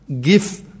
give